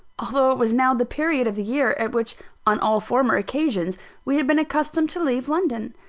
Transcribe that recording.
although it was now the period of the year at which on all former occasions we had been accustomed to leave london.